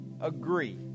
agree